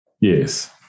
Yes